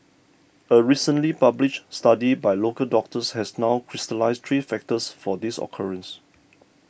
a recently published study by local doctors has now crystallised three factors for this occurrence